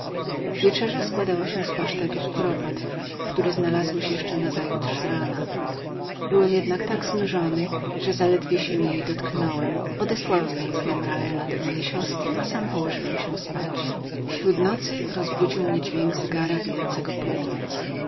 wieczerza składała się z pasztetu z kuropatw który znalazłeś jeszcze nazajutrz z rana byłem jednak tak znużony że zaledwie się jej dotknąłem odesłałem więc nemraela do mojej siostry i sam położyłem się spać śród nocy rozbudził mnie dźwięk zegaru bijącego północ